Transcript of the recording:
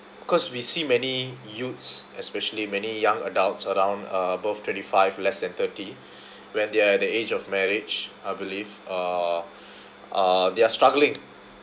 cause we see many youths especially many young adults around uh above twenty-five less than thirty when they are at the age of marriage I believe uh uh they're struggling